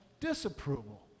disapproval